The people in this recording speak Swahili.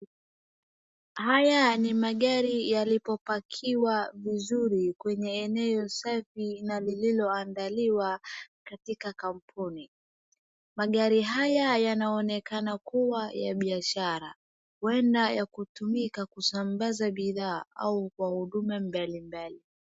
Haya ni magari yaliyopakiwa vizuri kwenye eneo safi na lililoandaliwa katika kampuni. Magari haya yanaonekana kuwa ya biashara huenda ya kutumika kusambaza bidhaa au kwa huduma mbalimbali.